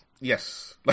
Yes